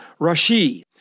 Rashi